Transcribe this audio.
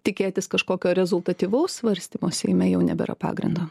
tikėtis kažkokio rezultatyvaus svarstymo seime jau nebėra pagrindo